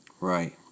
Right